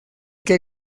que